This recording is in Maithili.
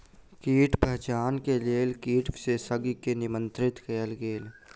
कीट पहचान के लेल कीट विशेषज्ञ के निमंत्रित कयल गेल